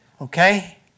Okay